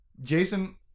Jason